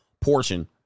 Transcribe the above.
Portion